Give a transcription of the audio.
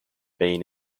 been